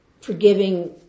Forgiving